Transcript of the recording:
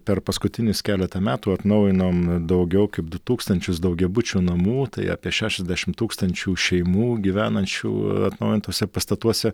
per paskutinius keletą metų atnaujinom daugiau kaip du tūkstančius daugiabučių namų tai apie šešiasdešim tūkstančių šeimų gyvenančių atnaujintuose pastatuose